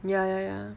ya ya ya